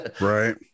Right